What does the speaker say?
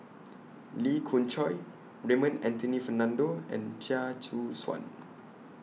Lee Khoon Choy Raymond Anthony Fernando and Chia Choo Suan